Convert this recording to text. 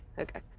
Okay